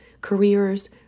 Careers